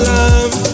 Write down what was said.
Love